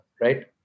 right